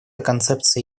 концепция